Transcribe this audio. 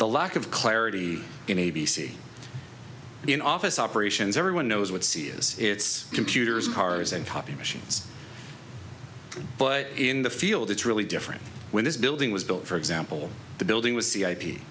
the lack of clarity in a b c in office operations everyone knows what c is it's computers cars and copy machines but in the field it's really different when this building was built for example the building was the i